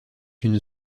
une